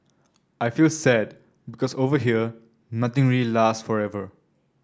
I feel sad because over here nothing really last forever